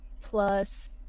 plus